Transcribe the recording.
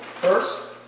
first